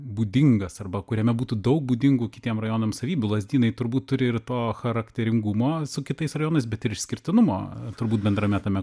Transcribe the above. būdingas arba kuriame būtų daug būdingų kitiem rajonam savybių lazdynai turbūt turi ir to charakteringumo su kitais rajonais bet ir išskirtinumo turbūt bendrame tame